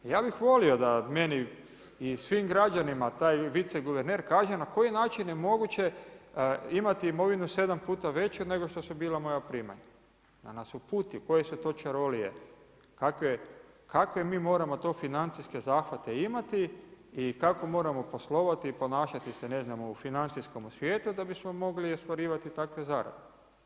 Ja bih volio da meni i svim građanima taj viceguverner kaže na koji način je moguće imati imovinu sedam puta veću nego što su bila moja primanja, da nas uputi koje su to čarolije, kakve mi moramo to financijske zahvate imati i kako moramo poslovati i ponašati se ne znam u financijskom svijetu da bismo mogli ostvarivati takve zarade.